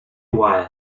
while